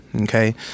Okay